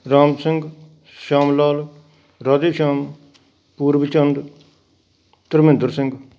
Ram Singh Sham Lal Radhe Sham Purav Chand Dharminder Singh